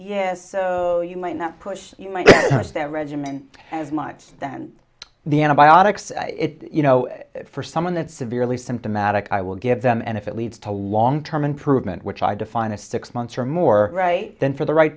yes so you might not push that regimen as much then the antibiotics you know for someone that severely symptomatic i will give them and if it leads to long term improvement which i define it's six months or more right then for the right